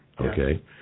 Okay